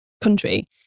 country